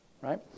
right